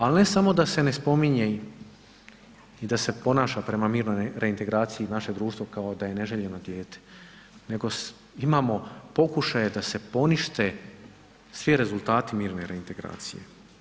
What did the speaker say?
Ali, ne samo da se ne spominje i da se ponaša prema mirnoj reintegraciji naše društvo kao da je neželjeno dijete nego imamo pokušaje da se ponište svi rezultati mirne reintegracije.